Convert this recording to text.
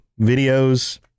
videos